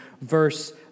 verse